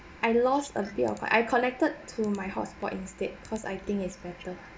I lost a bit of I connected to my hotspot instead cause I think it's better